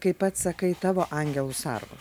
kaip pats sakai tavo angelu sargu